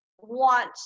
want